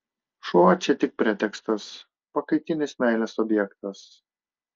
šuo čia tik pretekstas pakaitinis meilės objektas